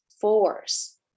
force